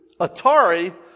Atari